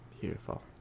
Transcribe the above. Beautiful